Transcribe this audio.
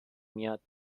میاد